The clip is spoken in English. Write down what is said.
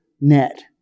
net